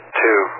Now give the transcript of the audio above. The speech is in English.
two